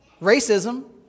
racism